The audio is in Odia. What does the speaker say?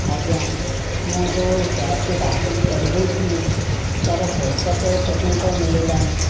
ଆଜ୍ଞା ମୁଁ ଯେଉଁ କ୍ୟାବ୍ଟି ବାତିଲ୍ କରି ଦେଇଥିଲି ତାର ପଇସାଟା ଏପର୍ଯ୍ୟନ୍ତ ମିଳିଲା ନାହିଁ